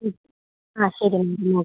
ആ ശരി എന്നാൽ ഓക്കെ